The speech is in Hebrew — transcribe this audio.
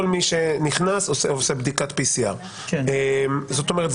כל מי שנכנס לשם עושה בדיקת PCR. זאת אומרת,